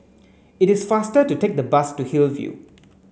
it is faster to take the bus to Hillview